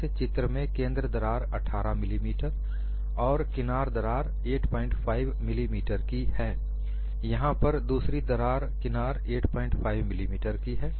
इस चित्र में केंद्र दरार 18 मिलीमीटर और किनार दरार 85 मिलीमीटर की है और यहांँ पर दूसरी दरार किनार 85 मिलीमीटर की है